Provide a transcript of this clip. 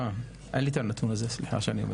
אין לי את הנתון הזה, סליחה.